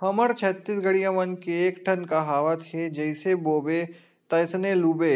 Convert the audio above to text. हमर छत्तीसगढ़िया मन के एकठन कहावत हे जइसे बोबे तइसने लूबे